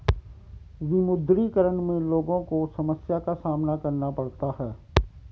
विमुद्रीकरण में लोगो को समस्या का सामना करना पड़ता है